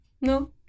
No